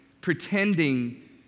pretending